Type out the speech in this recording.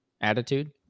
attitude